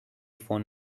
phone